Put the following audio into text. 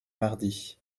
mardi